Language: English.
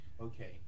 okay